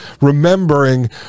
remembering